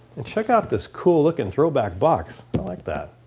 and check out this cool looking throwback box, i like that!